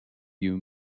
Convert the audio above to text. you